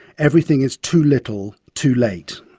everything is too little, too late,